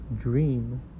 dream